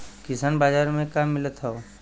किसान बाजार मे का मिलत हव?